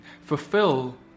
Fulfill